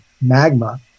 magma